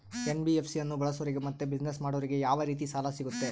NBFC ಅನ್ನು ಬಳಸೋರಿಗೆ ಮತ್ತೆ ಬಿಸಿನೆಸ್ ಮಾಡೋರಿಗೆ ಯಾವ ರೇತಿ ಸಾಲ ಸಿಗುತ್ತೆ?